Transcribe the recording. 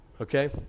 Okay